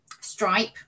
Stripe